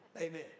Amen